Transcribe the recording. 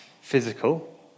physical